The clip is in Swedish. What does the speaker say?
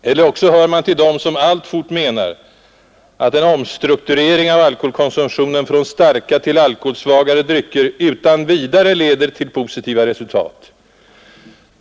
Eller också hör man till dem som alltfort menar att en omstrukturering av alkoholkonsumtionen från starka till alkoholsvagare drycker utan vidare leder till positiva resultat.